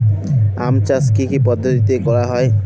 আম চাষ কি কি পদ্ধতিতে করা হয়?